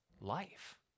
life